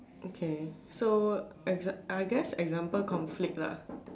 okay so I g~ I guess example conflict lah